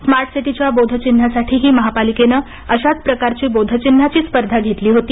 smart सिटीच्या बोधचिन्हासाठीही महापालिकेने अशाचप्रकारची बोधचिन्हाची स्पर्धा घेतली होती